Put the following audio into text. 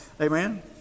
Amen